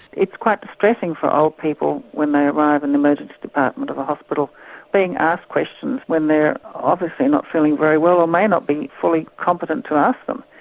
it's quite distressing for old people when they arrive in the emergency department of a hospital being asked questions when they are obviously not feeling very well or may not be fully competent to answer them.